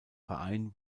verein